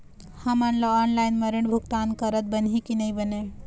हमन ला ऑनलाइन म ऋण भुगतान करत बनही की नई बने?